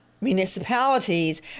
municipalities